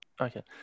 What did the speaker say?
Okay